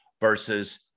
versus